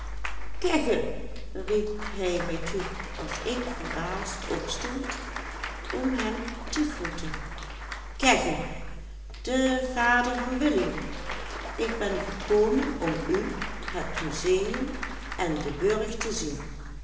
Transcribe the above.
ik ben gekomen om u het museum en den burg te zien